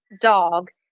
dog